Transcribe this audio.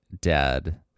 dead